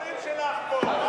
מה הדיבורים שלך פה?